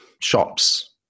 shops